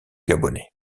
gabonais